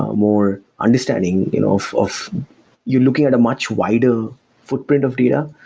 more understanding you know of of you looking at a much wider footprint of data.